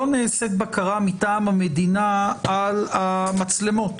לא נעשית בקרה מטעם המדינה על המצלמות;